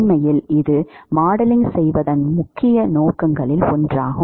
உண்மையில் இது மாடலிங் செய்வதன் முக்கிய நோக்கங்களில் ஒன்றாகும்